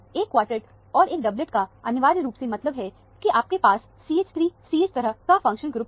एक क्वार्टेट और एक डबलेट का अनिवार्य रूप से मतलब है की आपके पास CH3CH तरह का फंक्शन ग्रुप है